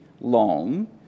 long